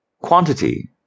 Quantity